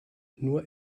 nur